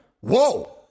whoa